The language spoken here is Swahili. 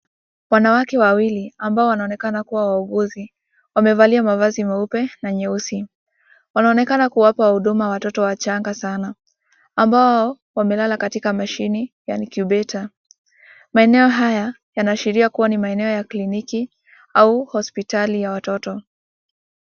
Wanawake wawili ambao wanaonekana kuwa wauguzi wamevalia mavazi meupe na nyeusi. Wanaonekana kuwapa huduma watoto wachanga sana ambao wamelala katika mashine ya incubator .Maeneo haya yanaashiria kuwa ni maeneo ya kliniki au hospitali ya watoto.